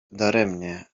daremnie